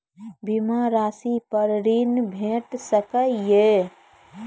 बीमा रासि पर ॠण भेट सकै ये?